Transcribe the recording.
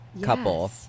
couple